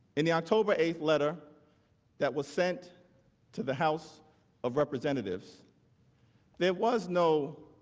in the october eight letter that was sent to the house of representatives there was no